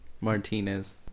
Martinez